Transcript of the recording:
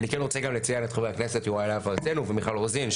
אני כן רוצה גם לציין את חברי הכנסת יוראי להב הרצנו ומיכל רוזין,